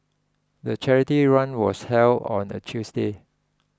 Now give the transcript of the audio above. the charity run was held on a Tuesday